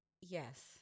yes